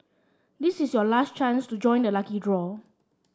this is your last chance to join the lucky draw